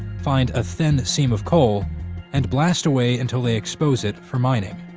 find a thin seam of coal and blast away until they expose it for mining.